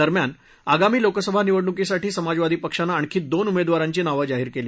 दरम्यान आगामी लोकसभा निवडणुकीसाठी समाजवादी पक्षानं आणखी दोन उमेदवारांची नावं जाहीर केली